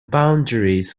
boundaries